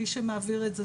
מי שמעביר את זה,